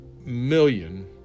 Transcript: million